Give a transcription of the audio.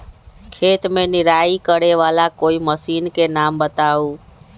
खेत मे निराई करे वाला कोई मशीन के नाम बताऊ?